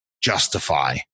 justify